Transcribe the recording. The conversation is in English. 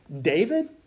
David